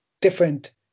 different